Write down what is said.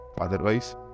otherwise